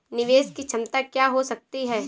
निवेश की क्षमता क्या हो सकती है?